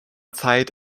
zeit